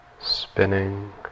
spinning